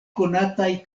konataj